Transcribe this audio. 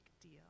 deal